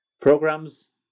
programs